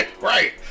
Right